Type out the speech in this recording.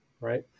right